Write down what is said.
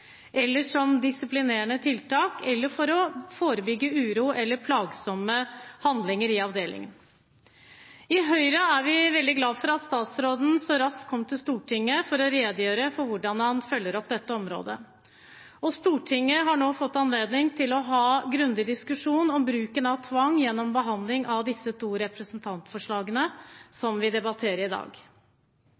eller som disiplinerende tiltak eller for å forebygge uro eller plagsomme handlinger i avdelinger. I Høyre er vi veldig glad for at statsråden så raskt kom til Stortinget for å redegjøre for hvordan han følger opp på dette området. Stortinget har nå fått anledning til å ha en grundig diskusjon om bruken av tvang, gjennom behandling av disse to representantforslagene som vi debatterer i dag.